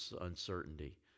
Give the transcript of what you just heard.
uncertainty